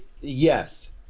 Yes